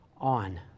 on